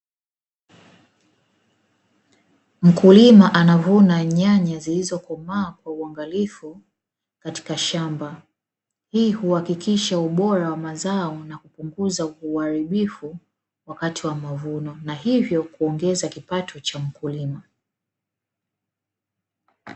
Mkulima anavuna nyanya zilizokomaa kwa uangalifu katika shamba. Hii huhakikisha ubora wa mazao na kupunguza uharibifu wakati wa mavuno na hivyo kuongeza kipato cha mkulima.